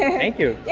and thank you. yeah,